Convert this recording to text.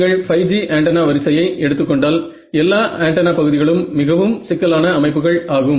நீங்கள் 5G antenna வரிசையை எடுத்துக்கொண்டால் எல்லா ஆண்டெனா பகுதிகளும் மிகவும் சிக்கலான அமைப்புகள் ஆகும்